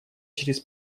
через